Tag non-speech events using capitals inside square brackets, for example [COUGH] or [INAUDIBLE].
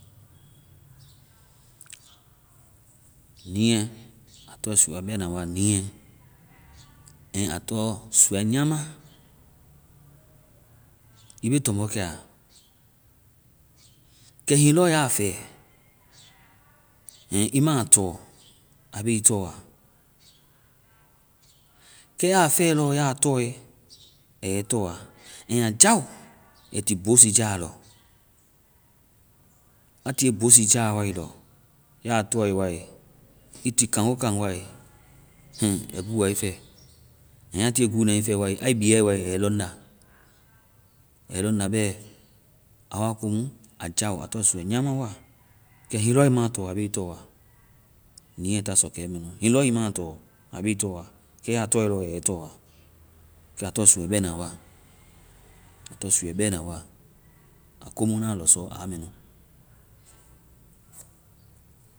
Niiɛ, a tɔŋ suuɛ bɛna wa. Niiɛ and a tɔŋ suuɛ nyama. I be tɔmbɔkɛa. Kɛ hiŋi lɔɔ ya fɛ and ii ma tɔ, aa be ii tɔa. Kɛ ya fɛee lɔɔ ya tɔe, aa yɛ ii tɔa. And aa jao ai ti bosi jaa lɔ. A tiie bosi ja wae lɔ, ya a tɔe wae, ii ti kaŋgokaŋ wae, hm! Ai gúua iii fɛ. and aa tiie gúuna ii fɛ, ai bia wae, a yɛ ii lɔŋda. Aa yɛ ii lɔŋda bɛ. Aa wa komu a jao. Aa tɔŋ suuɛ nyama wa. Kɛ hiŋi lɔ ii ma tɔ, a be ii tɔ wa. Niiɛ ta sɔkɛ mu. Hiŋi lɔ i ma tɔ, a be ii tɔ. Kɛ ya tɔe wae, aa ye ii tɔ wa. Kɛ a tɔŋ suuɛ bɛna wa. Aa tɔŋ suuɛ bɛna wa. Komu ŋna lɔsɔ, aa mɛ nu. [SILENCS]